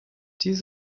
dies